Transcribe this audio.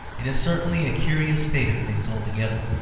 it is certainly a curious state of things altogether.